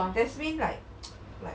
that's mean like like